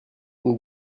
nous